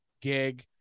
gig